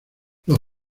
los